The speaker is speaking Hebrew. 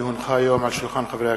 כי הונחה היום על שולחן הכנסת,